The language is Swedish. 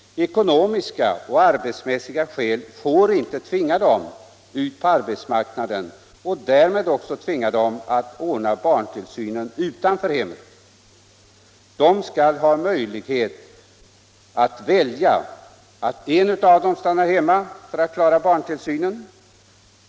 Ekonomiska och arbetsmässiga skäl får inte tvinga dem ut på arbetsmarknaden och därmed också tvinga dem att ordna barntillsynen utanför hemmet, utan de skall ha sådan möjlighet att välja att en av dem kan stanna hemma för att ta hand om barntillsynen.